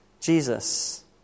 Jesus